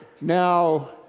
now